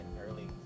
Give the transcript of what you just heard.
early